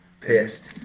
Pissed